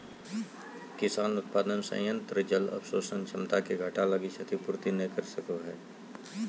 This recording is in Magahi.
किसान उत्पादन संयंत्र जल अवशोषण क्षमता के घटा लगी क्षतिपूर्ति नैय कर सको हइ